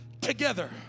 together